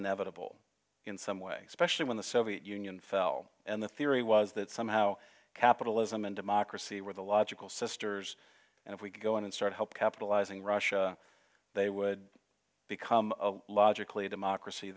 inevitable in some way especially when the soviet union fell and the theory was that somehow capitalism and democracy were the logical sisters and if we could go in and start help capitalizing russia they would become logically a democracy